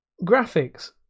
graphics